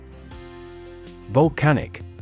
Volcanic